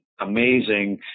amazing